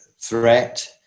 threat